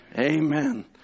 Amen